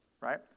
right